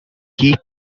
key